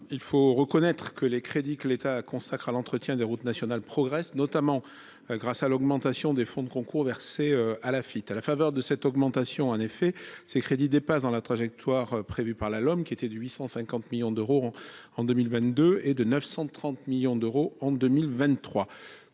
il faut le reconnaître, les crédits que l'État consacre à l'entretien des routes nationales progressent, notamment grâce à l'augmentation des fonds de concours versés à l'Afit France. À la faveur de cette augmentation, ces crédits dépassent la trajectoire prévue par la LOM, qui était de 850 millions d'euros en 2022 et de 930 millions d'euros en 2023.